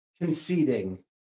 conceding